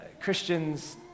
Christians